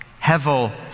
Hevel